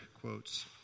quotes